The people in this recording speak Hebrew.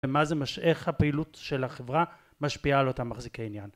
ומה זה, איך הפעילות של החברה משפיעה על אותם מחזיקי עניין